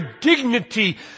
dignity